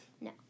No